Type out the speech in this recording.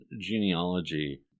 genealogy